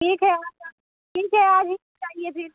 ठीक है ठीक है आज ही चाहिए फिर